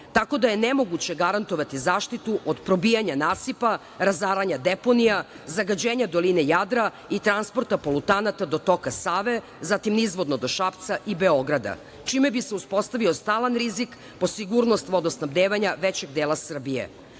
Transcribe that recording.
tako da je nemoguće garantovati zaštitu od probijanja nasipa, razaranja deponija, zagađenja doline Jadra i transporta polutanata do toka Save, zatim nizvodno do Šapca i Beograda, čime bi se uspostavio stalan rizik po sigurnost vodosnabdevanja većeg dela Srbije.